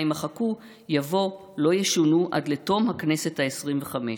"יימחקו" יבוא "ישונו עד לתום הכנסת העשרים-וחמש".